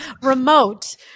remote